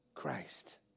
Christ